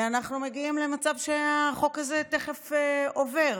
אנחנו מגיעים למצב שהחוק הזה תכף עובר.